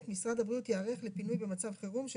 משרד הבריאות יערך לפינוי במצב חירום של